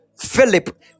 Philip